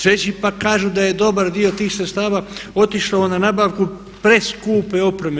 Sljedeći pak kažu da je dobar dio tih sredstava otišao na nabavku preskupe opreme.